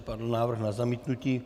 Padl návrh na zamítnutí.